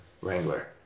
Wrangler